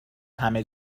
همه